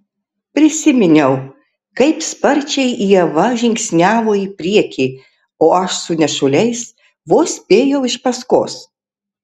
prisiminiau kaip sparčiai ieva žingsniavo į priekį o aš su nešuliais vos spėjau iš paskos